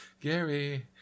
Gary